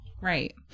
Right